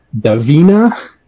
Davina